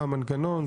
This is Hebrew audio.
מה המנגנון,